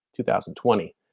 2020